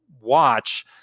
watch